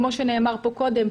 כפי שנאמר פה קודם,